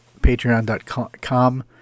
patreon.com